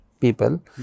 people